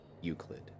Euclid